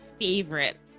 favorite